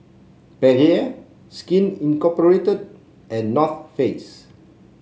Perrier Skin Incorporated and North Face